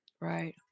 Right